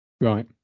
Right